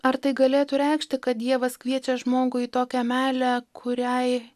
ar tai galėtų reikšti kad dievas kviečia žmogų į tokią meilę kuriai